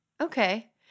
Okay